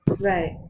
Right